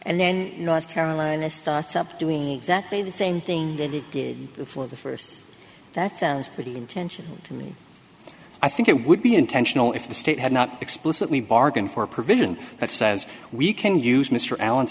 and then you know if carolina starts up doing exactly the same thing that it did for the st that sounds pretty intentional to me i think it would be intentional if the state had not explicitly bargained for a provision that says we can use mr allen's